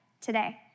today